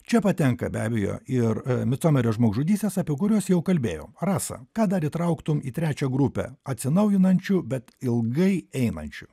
čia patenka be abejo ir micomerio žmogžudystės apie kurias jau kalbėjom rasa ką dar įtrauktum į trečią grupę atsinaujinančių bet ilgai einančių